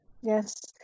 Yes